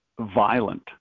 violent